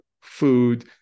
food